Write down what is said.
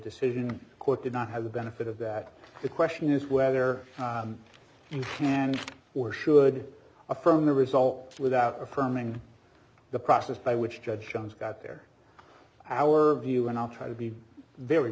decision court did not have the benefit of that the question is whether you can or should affirm the result without affirming the process by which judge jones got there our view and i'll try to be very